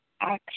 action